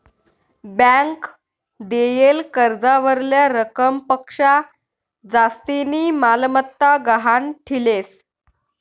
bank देयेल कर्जावरल्या रकमपक्शा जास्तीनी मालमत्ता गहाण ठीलेस